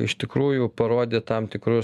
iš tikrųjų parodė tam tikrus